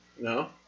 No